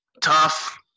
tough